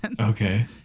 Okay